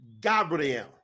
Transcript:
Gabriel